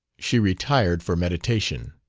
she retired for meditation.